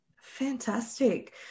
Fantastic